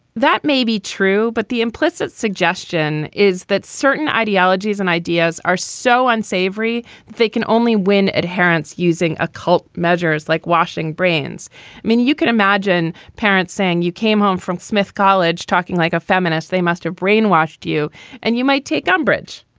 that may be true, but the implicit suggestion is that certain ideologies and ideas are so unsavory they can only win adherents using a cult measures like washing brains. i mean, you can imagine parents saying you came home from smith college talking like a feminist. they must have brainwashed you and you might take umbrage.